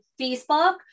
Facebook